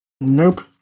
Nope